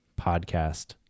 podcast